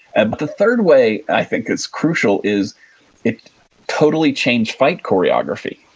and the third way i think is crucial, is it totally changed fight choreography.